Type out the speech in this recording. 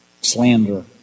slander